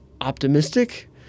optimistic